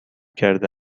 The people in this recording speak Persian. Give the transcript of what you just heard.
کرده